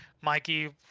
Mikey